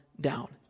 down